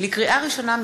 לקריאה ראשונה,